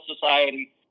society